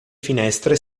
finestre